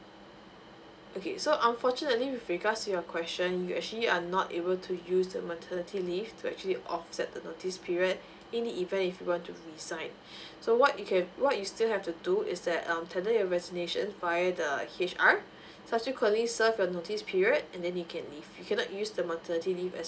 okay so unfortunately with regard to your question you actually are not able to use the maternity leave to actually offset the notice period in the event if you were to resign so what you can what you still have to do is that um tender your resignation via the H_R subsequently serve a notice period and then you can leave you cannot use the maternity leave and